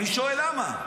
אני שואל למה.